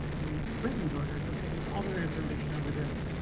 and clinton voters were getting all their information over there.